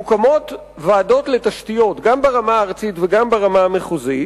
מוקמות ועדות לתשתיות גם ברמה הארצית וגם ברמה המחוזית,